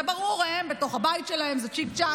זה ברור, הם בתוך הבית שלהם, זה צ'יק-צ'ק.